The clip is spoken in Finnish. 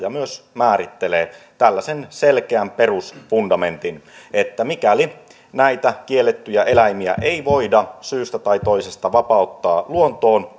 ja myös määrittelee tällaisen selkeän perusfundamentin että mikäli näitä kiellettyjä eläimiä ei voida syystä tai toisesta vapauttaa luontoon